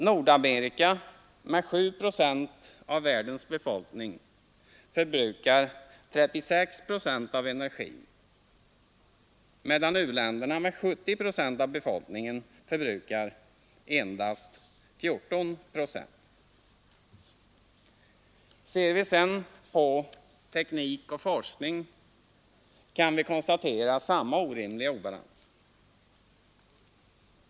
Nordamerika med 7 procent av världens befolkning förbrukar 36 procent av energin, medan u-länderna med 70 procent av befolkningen förbrukar endast 14 procent. Ser vi sedan på teknik och forskning kan vi konstatera samma orimliga obalans.